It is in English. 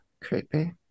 Creepy